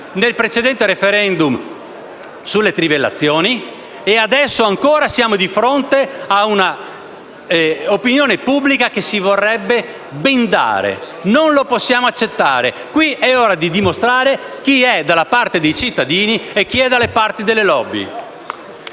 nel precedente *referendum* sulle trivellazioni e adesso siamo ancora di fronte a un'opinione pubblica che si vorrebbe bendare. Non lo possiamo accettare. Qui è ora di dimostrare chi è dalla parte dei cittadini e chi è dalla parte delle *lobby*.